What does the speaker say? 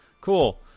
Cool